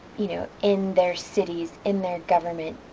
you know, in their cities, in their government